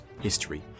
history